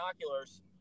binoculars